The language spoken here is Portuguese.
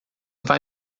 vai